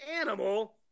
animal